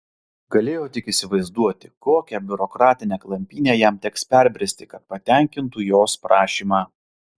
galėjo tik įsivaizduoti kokią biurokratinę klampynę jam teks perbristi kad patenkintų jos prašymą